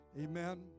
Amen